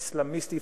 אסלאמיסטי,